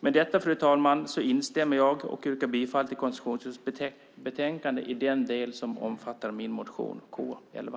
Fru talman! Med detta instämmer jag i bifallsyrkandet till konstitutionsutskottets betänkande i den del som omfattar min motion K11.